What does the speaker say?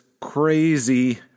crazy